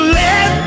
let